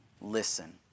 listen